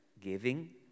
giving